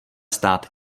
stát